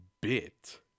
bit